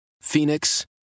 Phoenix